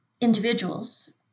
individuals